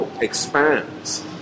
expands